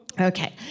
Okay